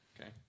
Okay